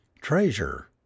Treasure